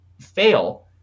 fail